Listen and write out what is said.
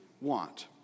want